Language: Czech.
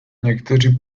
někteří